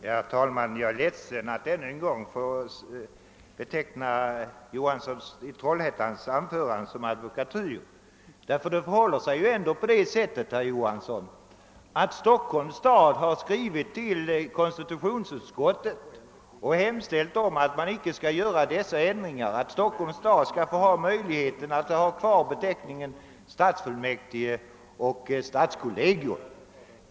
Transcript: Herr talman! Jag är ledsen att ännu en gång få beteckna herr Johanssons i Trollhättan anförande som advokatyr. Det förhåller sig ändå på det sättet, herr Johansson, att Stockholms stad har skrivit till konstitutionsutskottet och hemställt om att ej behöva göra dessa ändringar, utan att Stockholms stad skulle kunna få möjlighet att ha kvar beteckningarna stadsfullmäktige och stadskollegium.